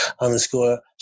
underscore